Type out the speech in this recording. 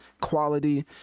quality